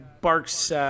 barks